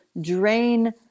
drain